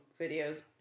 videos